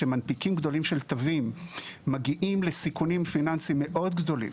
שמנפיקים גדולים של תווים מגיעים לסיכונים פיננסיים מאוד גדולים,